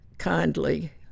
Kindly